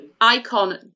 Icon